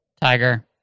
Tiger